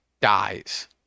dies